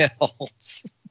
else